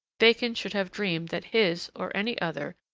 bacon should have dreamed that his, or any other,